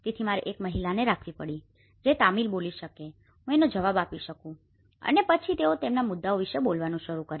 તેથી મારે એક મહિલાને રાખવી પડી જે તમિલ બોલી શકે અને હું તેનો જવાબ આપી શકું અને પછી તેઓ તેમના મુદ્દાઓ વિશે બોલવાનું શરૂ કરે